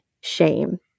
shame